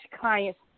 clients